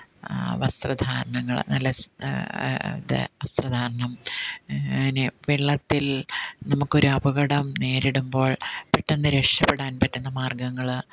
വസ്ത്രധാരണങ്ങൾ നല്ല സ് ഇത് വസ്ത്രധാരണം പിന്നെ വെള്ളത്തിൽ നമുക്ക് ഒരു അപകടം നേരിടുമ്പോൾ പെട്ടെന്ന് രക്ഷപ്പെടാൻ പറ്റുന്ന മാർഗ്ഗങ്ങൾ